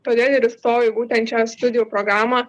todėl ir įstojau būtent į šią studijų programą